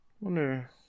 wonder